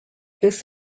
this